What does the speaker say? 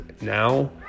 now